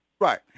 Right